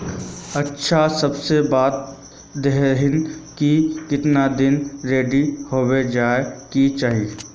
अच्छा से बता देतहिन की कीतना दिन रेडी होबे जाय के चही?